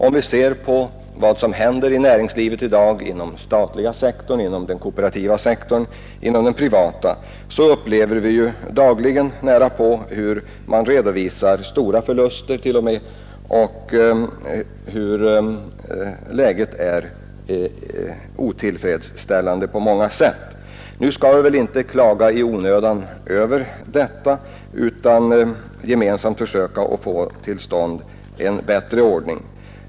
Om vi ser på vad som händer inom näringslivet i dag inom de statliga, kooperativa och privata sektorerna, så redovisas det nästan dagligen t.o.m. stora förluster och ett läge som på många sätt är otillfredsställande. Nu skall vi väl inte klaga i onödan över detta utan gemensamt försöka få till stånd en bättre ordning.